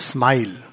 Smile